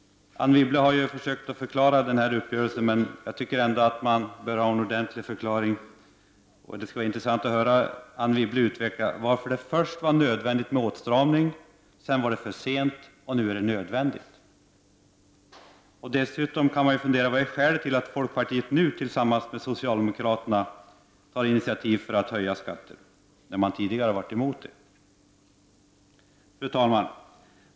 Anne Wibble har visserligen försökt förklara denna uppgörelse, men jag tycker ändå att det behövs en ordentlig förklaring. Och det skulle vara intressant att höra Anne Wibble utveckla varför det först var nödvändigt med åtstramning, att det sedan var för sent och att det nu är nödvändigt. Dessutom kan man fundera över vad som är skälet till att folkpartiet nu tillsammans med socialdemokraterna tar initiativ till att höja skatter när folkpartiet tidigare har varit emot det. Fru talman!